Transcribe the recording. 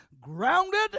grounded